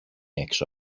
έξω